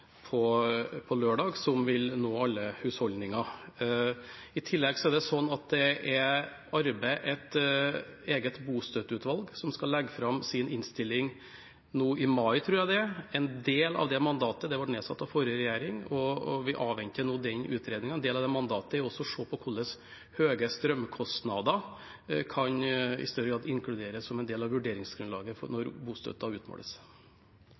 lørdag, vil nå alle husholdninger. I tillegg er det et eget bostøtteutvalg i arbeid, som skal legge fram sin innstilling nå i mai, tror jeg det er. Utvalget ble nedsatt av forrige regjering, og vi avventer nå den utredningen. En del av mandatet er også å se på hvordan høye strømkostnader i større grad kan inkluderes som en del av vurderingsgrunnlaget når bostøtten utmåles.